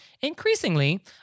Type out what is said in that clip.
Increasingly